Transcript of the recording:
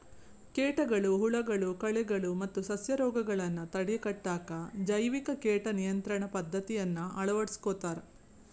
ಕೇಟಗಳು, ಹುಳಗಳು, ಕಳೆಗಳು ಮತ್ತ ಸಸ್ಯರೋಗಗಳನ್ನ ತಡೆಗಟ್ಟಾಕ ಜೈವಿಕ ಕೇಟ ನಿಯಂತ್ರಣ ಪದ್ದತಿಯನ್ನ ಅಳವಡಿಸ್ಕೊತಾರ